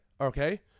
okay